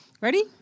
Ready